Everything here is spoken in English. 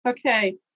Okay